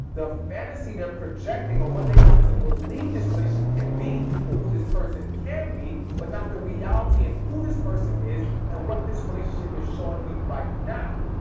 the fantasy they're projecting or what they want to believe this relationship can be or who this person can be but not the reality reality in who this person is and what this relationship is showing you right now.